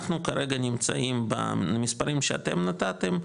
אנחנו כרגע נמצאים במספרים שאתם נתתם,